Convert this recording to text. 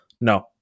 No